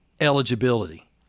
eligibility